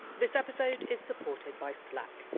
this episode is supported by slack,